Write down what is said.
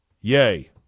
yay